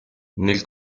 nel